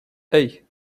hey